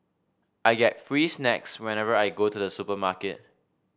I get free snacks whenever I go to the supermarket